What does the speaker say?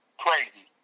crazy